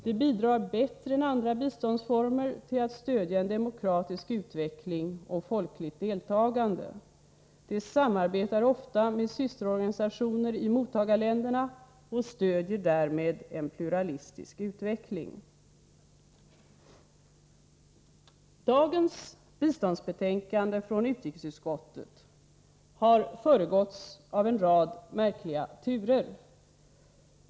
De bidrar bättre än andra biståndsformer till att stödja en demokratisk utveckling och folkligt deltagande. De samarbetar ofta med systerorganisationer i mottagarländerna och stödjer därmed en pluralistisk utveckling. Dagens biståndsbetänkande från utrikesutskottet har föregåtts av en rad märkliga turer.